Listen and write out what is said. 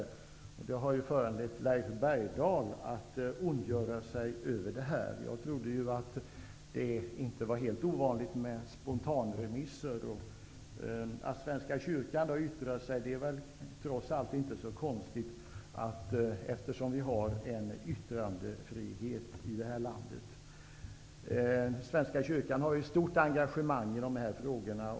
Det har föranlett Leif Bergdahl att ondgöra sig. Jag trodde att det inte var helt ovanligt med spontanremisser. Att Svenska kyrkan yttrar sig är väl inte så konstigt, eftersom vi har en yttrandefrihet här i landet. Svenska kyrkan har ett stort engagemang i dessa frågor.